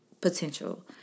potential